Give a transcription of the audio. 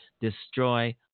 Destroy